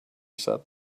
said